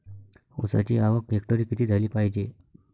ऊसाची आवक हेक्टरी किती झाली पायजे?